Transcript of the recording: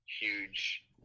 huge